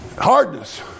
Hardness